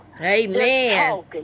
amen